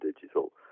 digital